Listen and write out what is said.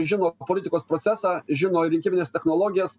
žino politikos procesą žino ir rinkimines technologijas